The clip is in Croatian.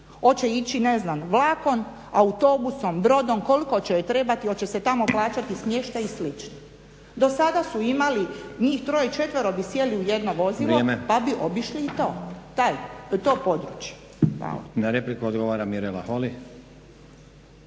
Hoće ići, ne znam vlakom, autobusom, brodom? Koliko će joj trebati? Hoće se tamo plaćati smještaj i slično? Do sada su imali njih troje, četvero bi sjeli u jedno vozilo … …/Upadica: Vrijeme./… … Pa bi obišli